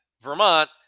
Vermont